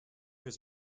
his